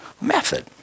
Method